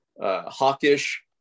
hawkish